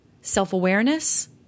self-awareness